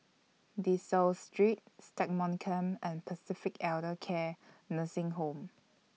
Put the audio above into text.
De Souza Street Stagmont Camp and Pacific Elder Care Nursing Home